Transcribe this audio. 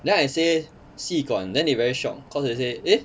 then I say 吸管 then they very shocked cause they say eh